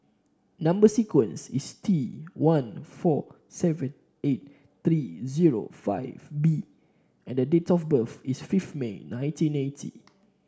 number sequence is T one four seven eight three zero five B and the date of birth is fifth May nineteen eighty